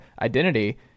identity